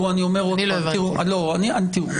לא הבנתי.